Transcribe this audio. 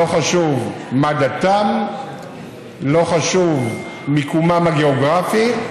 לא חשוב מה דתם, לא חשוב מיקומם הגיאוגרפי.